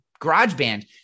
GarageBand